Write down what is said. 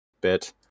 bit